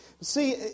See